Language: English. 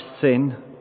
sin